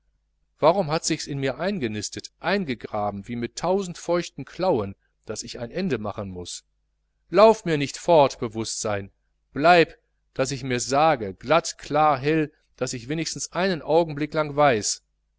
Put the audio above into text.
warum hat sichs in mir eingenistet eingegraben wie mit tausend feuchten klauen daß ich ein ende machen muß lauf mir nicht fort bewußtsein bleib daß ich mirs sage klar glatt hell daß ich es wenigstens einen augenblick lang weiß